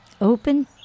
Open